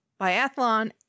biathlon